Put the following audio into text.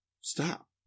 stop